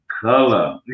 color